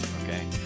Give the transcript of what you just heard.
okay